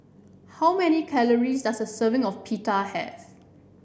how many calories does a serving of Pita have